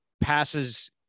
Passes